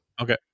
Okay